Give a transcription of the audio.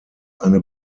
eine